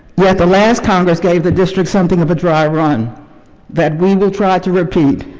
yet the last congress gave the district something of a dry run that we will try to repeat.